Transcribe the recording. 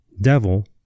devil